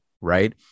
right